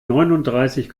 neunundreißig